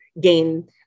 gain